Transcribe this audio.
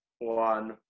one